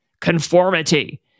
Conformity